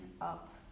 up